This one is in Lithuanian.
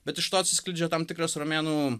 bet iš to atsiskleidžia tam tikras romėnų